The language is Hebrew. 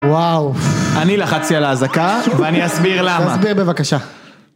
וואו, אני לחצתי על האזעקה, ואני אסביר למה. תסביר בבקשה.